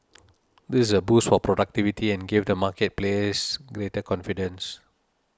this is a boost for productivity and gave the market players greater confidence